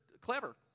clever